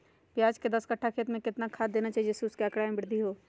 प्याज के दस कठ्ठा खेत में कितना खाद देना चाहिए जिससे उसके आंकड़ा में वृद्धि हो?